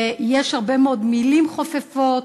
ויש הרבה מאוד מילים חופפות.